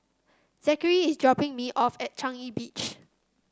Zackary is dropping me off at Changi Beach